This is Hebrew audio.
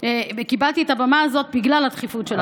וקיבלתי את הבמה הזאת בגלל הדחיפות של הדבר.